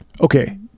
Okay